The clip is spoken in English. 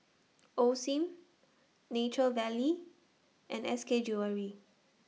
Osim Nature Valley and S K Jewellery